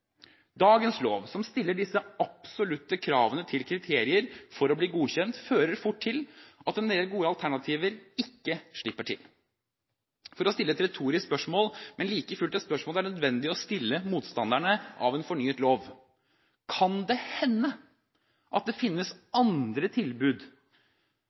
Dagens lov, som stiller disse absolutte kravene til kriterier for å bli godkjent, fører fort til at en del gode alternativer ikke slipper til. For å stille et retorisk spørsmål, men like fullt et spørsmål det er nødvendig å stille motstanderne av en fornyet lov: Kan det hende at det finnes